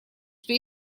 что